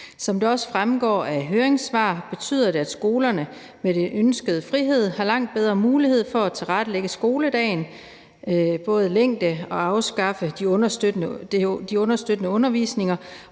Som det også fremgår af høringssvarene, betyder det, at skolerne med den ønskede frihed har langt bedre mulighed for at tilrettelægge skoledagen, både i længden og ved at afskaffe de understøttende undervisninger,